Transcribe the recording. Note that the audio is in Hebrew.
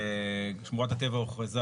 שמורת הטבע הוכרזה